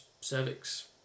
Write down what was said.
cervix